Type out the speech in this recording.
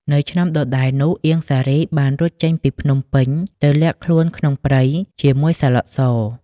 នៅឆ្នាំដដែលនោះ អៀង សារី បានរត់ចេញពីភ្នំពេញ ទៅលាក់ខ្លួនក្នុងព្រៃជាមួយ សាឡុត ស។